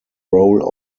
role